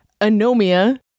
Anomia